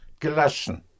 gelassen